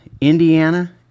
Indiana